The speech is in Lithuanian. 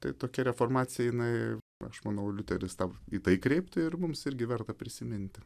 tai tokia reformacija jinai aš manau liuteris tą į tai kreiptų ir mums irgi verta prisiminti